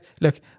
look